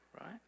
right